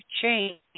change